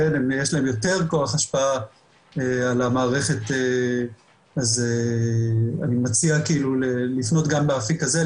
יש להם יותר כוח השפעה על המערכת אז אני מציע כאילו לפנות גם באפיק הזה,